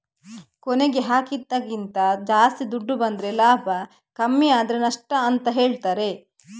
ಕೊನೆಗೆ ಹಾಕಿದ್ದಕ್ಕಿಂತ ಜಾಸ್ತಿ ದುಡ್ಡು ಬಂದ್ರೆ ಲಾಭ ಕಮ್ಮಿ ಆದ್ರೆ ನಷ್ಟ ಅಂತ ಹೇಳ್ತಾರೆ